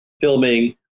filming